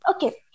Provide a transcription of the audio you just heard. okay